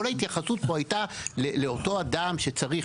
כל ההתייחסות פה הייתה לאותו אדם שרציך,